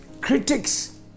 Critics